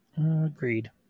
Agreed